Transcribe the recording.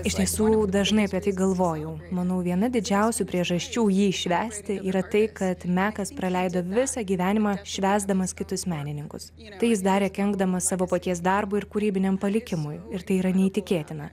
iš tiesų dažnai apie tai galvojau manau viena didžiausių priežasčių jį švęsti yra tai kad mekas praleido visą gyvenimą švęsdamas kitus menininkus tai jis darė kenkdamas savo paties darbui ir kūrybiniam palikimui ir tai yra neįtikėtina